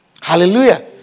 Hallelujah